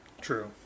True